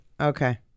okay